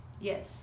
yes